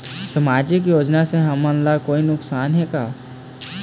सामाजिक योजना से हमन ला कोई नुकसान हे का?